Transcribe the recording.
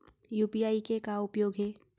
UPI के का उपयोग हे?